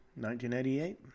1988